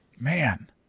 Man